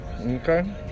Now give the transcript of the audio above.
Okay